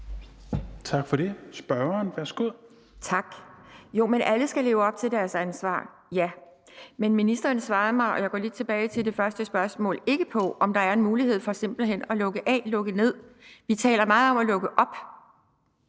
Tak for det. Spørgeren, værsgo. Kl. 17:04 Pia Kjærsgaard (DF): Tak. Alle skal leve op til deres ansvar, ja, men ministeren svarer mig ikke på – og jeg går lidt tilbage til det første spørgsmål – om der er en mulighed for simpelt hen at lukke af, lukke ned. Vi taler meget om at lukke op,